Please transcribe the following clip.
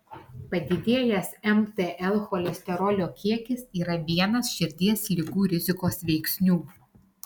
padidėjęs mtl cholesterolio kiekis yra vienas širdies ligų rizikos veiksnių